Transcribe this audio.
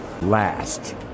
last